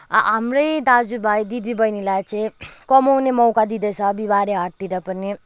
हाम्रै दाजुभाइ दिदीबहिनीलाई चाहिँ कमाउने मौका दिँदैछ बिहिबारे हाटतिर पनि